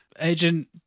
Agent